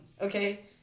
okay